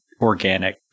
organic